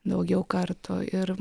daugiau kartų ir